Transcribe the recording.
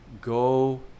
go